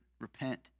Repent